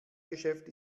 geschäft